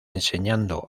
enseñando